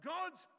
God's